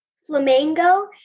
Flamingo